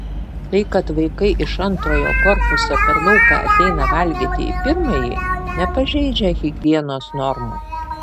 tai kad vaikai iš antrojo korpuso per lauką ateina valgyti į pirmąjį nepažeidžia higienos normų